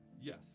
Yes